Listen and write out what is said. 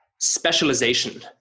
specialization